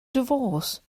divorce